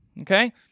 Okay